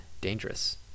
dangerous